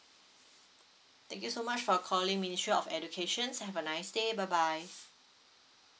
thank you so much for calling ministry of educations have a nice day bye bye